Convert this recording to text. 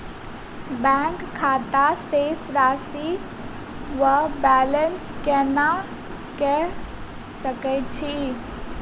Bank खाता शेष राशि वा बैलेंस केना कऽ सकय छी?